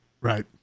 Right